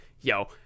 yo